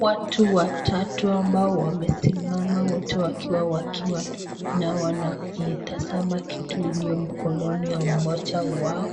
Watu watatu ambao wamesimama wakiwa wanatazama kitu iliyo kwa mikono ya mmoja wao